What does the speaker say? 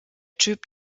typ